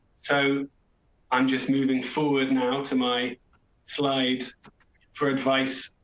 so i'm just moving forward now to my flight for advice.